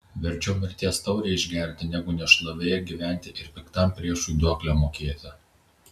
verčiau mirties taurę išgerti negu nešlovėje gyventi ir piktam priešui duoklę mokėti